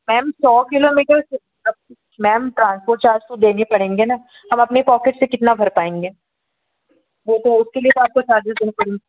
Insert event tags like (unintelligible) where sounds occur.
ma'am सौ kilometre (unintelligible) ma'am transport charge तो देने पड़ेंगे ना हम अपनी पॉकेट से कितना भर पाएँगे वह तो उसके लिए तो आपको चार्जेस देने पड़ेंगे